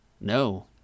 No